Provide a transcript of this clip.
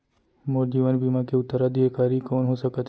मोर जीवन बीमा के उत्तराधिकारी कोन सकत हे?